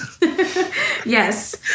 yes